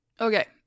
Okay